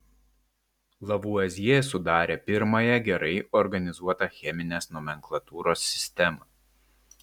lavuazjė sudarė pirmąją gerai organizuotą cheminės nomenklatūros sistemą